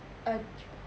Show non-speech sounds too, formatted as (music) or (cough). err (noise)